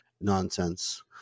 nonsense